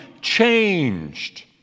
changed